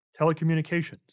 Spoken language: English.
telecommunications